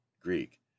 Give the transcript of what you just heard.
Greek